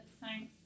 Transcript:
thanks